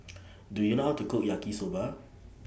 Do YOU know How to Cook Yaki Soba